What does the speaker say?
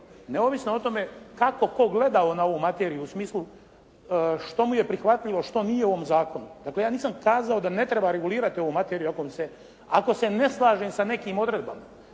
neovisno o tome kako tko gledao na ovu materiju u smislu što mu je prihvatljivo što nije u ovom zakonu. Dakle, ja nisam kazao da ne treba regulirati ovu materiju ako bi se, ako se ne slažem sa nekim odredbama.